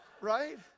Right